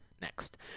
next